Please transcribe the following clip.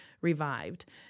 revived